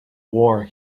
war